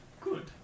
Good